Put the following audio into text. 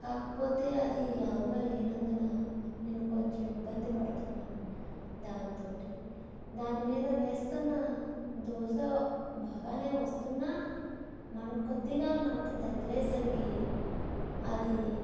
కాకపోతే అది లావుగా లేనందున నేను కొంచెం ఇబ్బంది పడుతున్నాను దానితోటి దాని మీద వేస్తున్న దోశ బాగానే వస్తున్నా కొద్దిగా మంట తగిలేసరికి అది